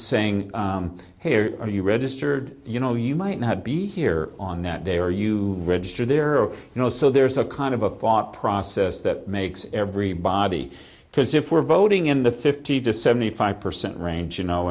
saying hey are you registered you know you might not be here on that day are you registered there or you know so there's a kind of a thought process that makes everybody because if we're voting in the fifty to seventy five percent range you know